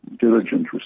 diligent